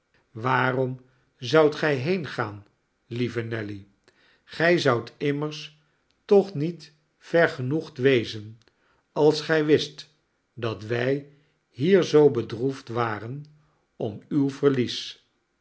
waarom zoudt gij heengaan lieve nelly gij zoudt immers toch niet vergenoegd wezen als gij wist dat wij hier zoo bedroefd waren om uw verlies